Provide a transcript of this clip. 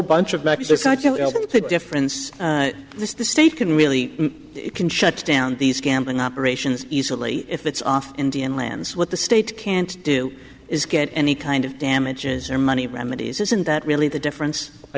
know the difference the state can really can shut down these gambling operations easily if it's off indian lands what the state can't do is get any kind of damages or money remedies isn't that really the difference i